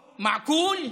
מעקול?